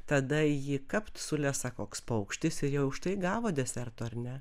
tada jį kapt sulesa koks paukštis ir jau už tai gavo deserto ar ne